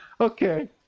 Okay